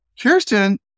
Kirsten